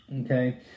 Okay